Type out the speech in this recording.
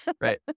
Right